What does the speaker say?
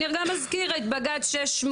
אני גם אזכיר את בג"צ 68,